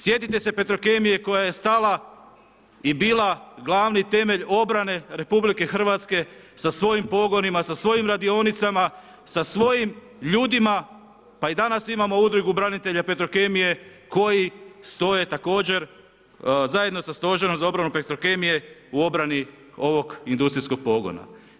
Sjetite se Petrokemije koja je stala i bila glavni temelj obrane RH sa svojim pogonima, sa svojim radionicama, sa svojim ljudima pa i danas imamo Udrugu branitelja Petrokemije koji stoje također zajedno sa Stožerom za obranu Petrokemije u obrani ovog industrijskog pogona.